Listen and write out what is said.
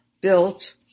built